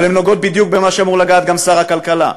אבל הן נוגעות בדיוק במה שאמור לגעת גם שר הכלכלה.